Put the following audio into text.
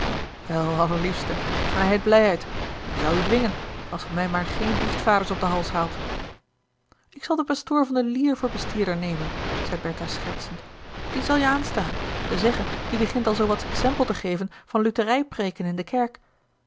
wel allerliefste vrijheid blijheid wie zou u dwingen als ge mij maar geen biechtvaders op den hals haalt ik zal den pastoor van de lier voor bestierder nemen zei bertha schertsend die zal je aanstaan ze zeggen die begint al zoo wat exempel te geven van lutherijpreeken in de kerk